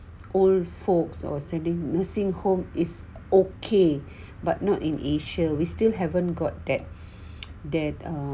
old folks or sending nursing home is okay but not in asia we still haven't got that that